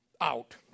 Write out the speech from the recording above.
out